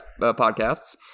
podcasts